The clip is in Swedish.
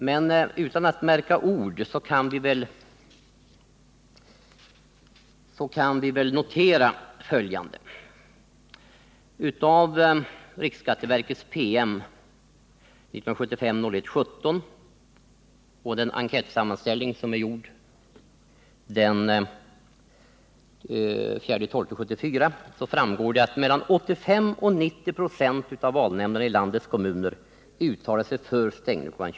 Men utan att märka ord kan vi väl notera följande. Av riksskatteverkets PM 1975-01-17 och den enkätsammanställning som är gjord den 4 december 1974 framgår att mellan 85 och 90 96 av valnämnderna i landets kommuner uttalat sig för stängning kl.